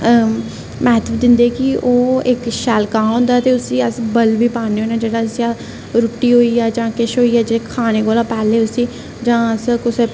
म्हत्व दिंदे कि ओह् इक शैल कां होंदा ते उसी अस बल्ल बी पान्ने होन्ने जेह्ड़ा जिसी अस रुट्टी होई गेआ जां किश होई गेआ खाने कोला पैह्लें उसी जां अस कुछ